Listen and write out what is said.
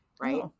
Right